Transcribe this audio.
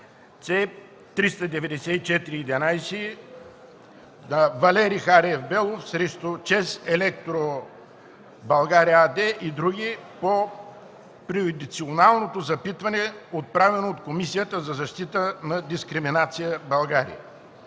С-394/11 Валери Хариев Белов срещу „ЧЕЗ Електро България“ АД и други (по преюдиционалното запитване, отправено от Комисията за защита от дискриминация (България).